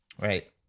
right